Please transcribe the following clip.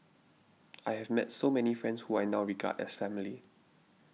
I have met so many friends who I now regard as family